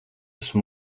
esmu